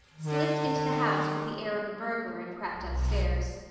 slipped into the house with the air of a burglar and crept upstairs.